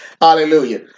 Hallelujah